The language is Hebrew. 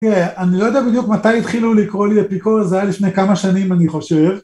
תראה, אני לא יודע בדיוק מתי התחילו לקרוא לי את אפיקורס הזה, היה לפני כמה שנים אני חושב.